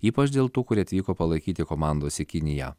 ypač dėl tų kurie atvyko palaikyti komandos į kiniją